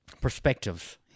perspectives